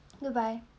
goodbye